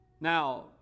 Now